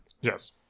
Yes